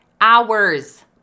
hours